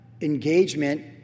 engagement